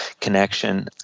connection